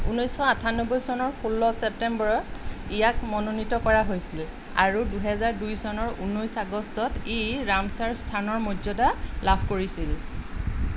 ঊনৈছশ আঠান্নব্বৈ চনৰ ষোল্ল ছেপ্টেম্বৰত ইয়াক মনোনীত কৰা হৈছিল আৰু দুহেজাৰ দুই চনৰ ঊনৈছ আগষ্টত ই ৰামছাৰ স্থানৰ মৰ্যাদা লাভ কৰিছিল